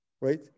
right